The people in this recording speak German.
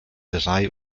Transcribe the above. drei